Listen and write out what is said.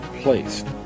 placed